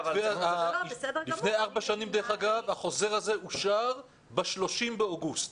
לפני ארבע שנים החוזר הזה אושר ב-30 באוגוסט.